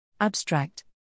Abstract